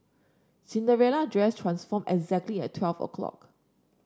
Cinderella dress transformed exactly at twelve O clock